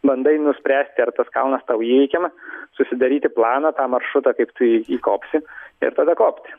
bandai nuspręsti ar tas kalnas tau įveikiama susidaryti planą tą maršrutą kaip tu į įkopsi ir tada kopti